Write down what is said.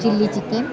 chilly chicken